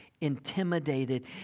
intimidated